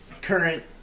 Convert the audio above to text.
current